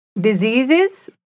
diseases